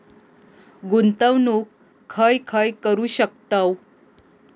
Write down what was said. गुंतवणूक खय खय करू शकतव?